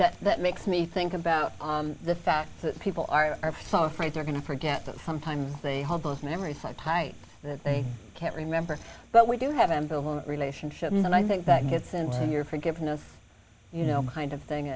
that that makes me think about the fact that people are afraid they're going to forget that sometimes they hold those memories five high that they can't remember but we do have an ambivalent relationship and i think that gets into your forgiveness you know kind of thing